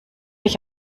ich